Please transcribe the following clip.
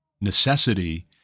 necessity